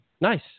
nice